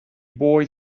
boy